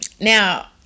now